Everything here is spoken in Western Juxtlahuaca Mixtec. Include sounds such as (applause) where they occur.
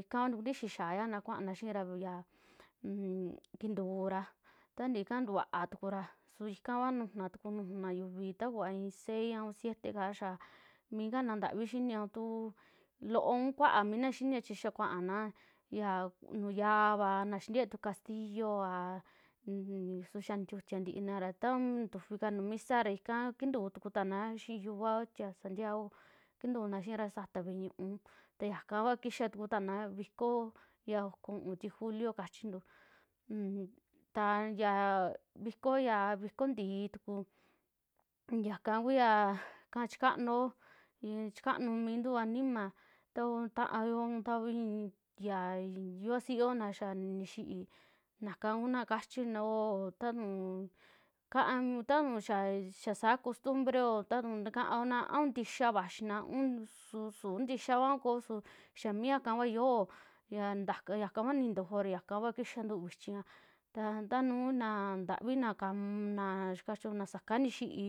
ika kua ntukuntixii xia'a yana kuaana xi'ira ya un kintuura, taa ntii ika tikuaatukura su ika va nu'una tuku nujuna i'i ta kuaa i'i sei a un siete kaa xaa mikana ntavii xiini aa tuu loo un kuaa mina xiini chi xaa kuaan nuju xiiava, na xintiee tu castillova un su xaa nintutia ntiinara, tau ntufi ka nuu misa ra ika kintuu tukutana xii yiuvao tie santiago, kintunaa xiira sataa ve'e ñu'u, ta yakakua kixaa tukutana vikoo ya oko u'un ti julio kachintu, un ta yaa vikoo, ya vikoo nti'i tuku yaka kuyaa chikaanuo i'i chikanuu mintu animaa, takuu taayo un tauu i'i ya yuvasiio na xaa nixi'ii nakauna kachinuo tanu'u kaa (unintelligible) tatu'u xaa saa costumbreo ta tuu ntakaaona un ntixaa vaxina un suu. suntixa kua a koo suu xiaa miaka kuaa yioo ya ntak (unintelligible) yaka kua nintoojo, ara yakakua kixaantu vichia ta tanuna na ntavi na kan xaa kachio, na saka ni xi'i.